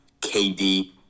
KD